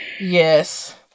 Yes